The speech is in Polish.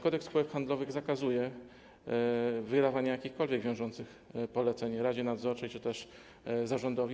Kodeks spółek handlowych zakazuje wydawania jakichkolwiek wiążących poleceń radzie nadzorczej czy tez zarządowi.